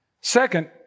Second